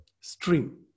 stream